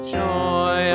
joy